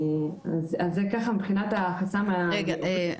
אז זה מבחינת החסם הגיאוגרפי.